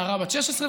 נערה בת 16,